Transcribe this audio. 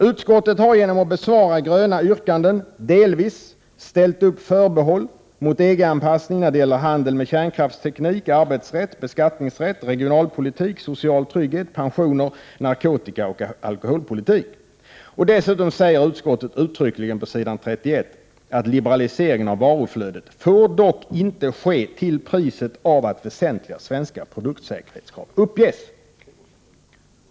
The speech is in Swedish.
Utskottet har genom att besvara gröna yrkanden delvis ställt upp förbehåll mot EG-anpassning när det gäller handel med kärnkraftsteknik, arbetsrätt, beskattningsrätt, regionalpolitik, social trygghet, pensioner, narkotikaoch alkoholpolitik. Dessutom säger utskottet uttryckligen på s. 31 att liberaliseringen av varuflödet ”får dock inte ske till priset av att väsentliga svenska produktsäkerhetskrav uppges”.